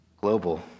global